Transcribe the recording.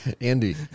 Andy